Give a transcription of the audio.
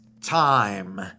time